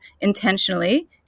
intentionally